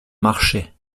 marchaient